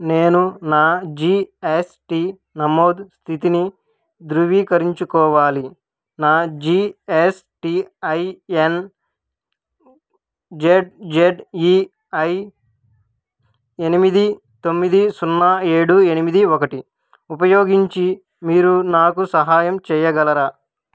నేను నా G S T నమోదు స్థితిని ధృవీకరించుకోవాలి నా G S T I N Z Z E I ఎనిమిది తొమ్మిది సున్నా ఏడు ఎనిమిది ఒకటి ఉపయోగించి మీరు నాకు సహాయం చెయ్యగలరా